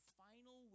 final